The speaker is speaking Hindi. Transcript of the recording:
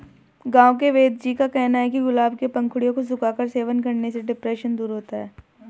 गांव के वेदजी का कहना है कि गुलाब के पंखुड़ियों को सुखाकर सेवन करने से डिप्रेशन दूर रहता है